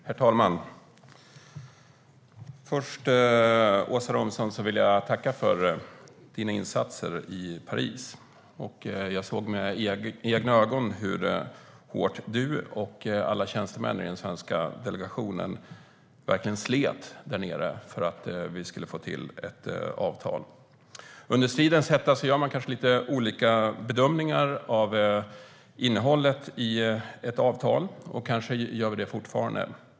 Herr talman! Först vill jag tacka dig, Åsa Romson, för dina insatser i Paris. Jag såg med egna ögon hur hårt du och alla tjänstemän i den svenska delegationen slet där nere för att vi skulle få till ett avtal. I stridens hetta gör man kanske lite olika bedömningar av innehållet i ett avtal. Kanske gör vi det fortfarande.